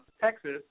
Texas